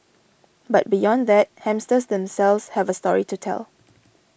but beyond that hamsters themselves have a story to tell